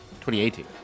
2018